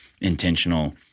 intentional